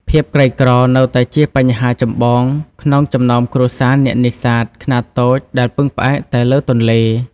ភាពក្រីក្រ នៅតែជាបញ្ហាចម្បងក្នុងចំណោមគ្រួសារអ្នកនេសាទខ្នាតតូចដែលពឹងផ្អែកតែលើទន្លេ។